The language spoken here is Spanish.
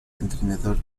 entrenador